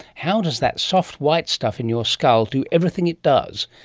how does that soft white stuff in your skull do everything it does,